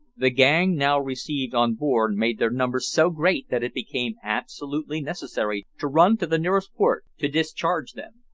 the gang now received on board made their numbers so great that it became absolutely necessary to run to the nearest port to discharge them.